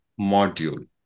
module